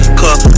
cause